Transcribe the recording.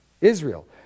Israel